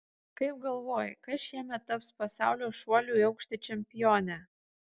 kaip galvoji kas šiemet taps pasaulio šuolių į aukštį čempione